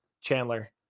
Chandler